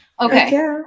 okay